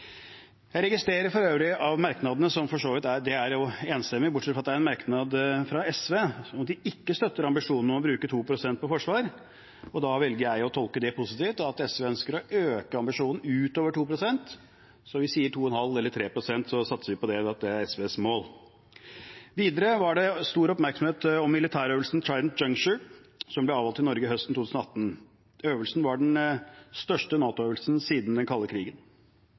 Jeg registrerer for øvrig at dette er enstemmig bortsett fra en merknad fra SV om at de ikke støtter ambisjonen om å bruke 2 pst. på forsvar. Da velger jeg å tolke det positivt, som at SV ønsker å øke ambisjonen utover 2 pst., så vi sier 2,5 eller 3 pst. og satser på at det er SVs mål. Videre var det stor oppmerksomhet rundt militærøvelsen Trident Juncture, som ble avholdt i Norge høsten 2018. Øvelsen var den største NATO-øvelsen siden den kalde krigen.